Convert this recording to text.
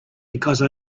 because